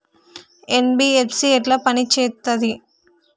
NBFC ఎట్ల పని చేత్తది?